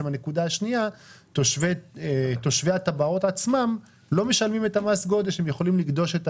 הנקודה השנייה - לא משלמים את מס הגודש והם יכולים לגדוש את